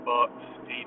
Bucks